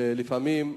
ולפעמים,